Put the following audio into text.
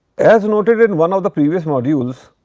as noted in one of the previous modules,